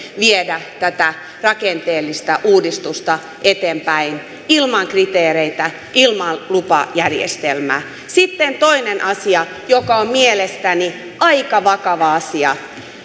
viedä tätä rakenteellista uudistusta eteenpäin ilman kriteereitä ilman lupajärjestelmää sitten toinen asia joka on mielestäni aika vakava asia